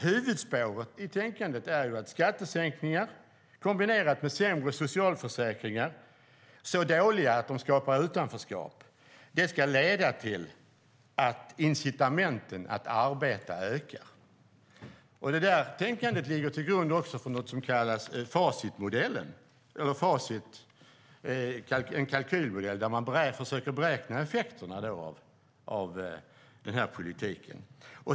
Huvudspåret i tänkandet är att skattesänkningar kombinerade med sämre socialförsäkringar, så dåliga att de skapar utanförskap, ska leda till att incitamenten att arbeta ökar. Det tänkandet ligger också till grund för något som kallas Fasitmodellen, en kalkylmodell där man försöker beräkna effekterna av den här politiken.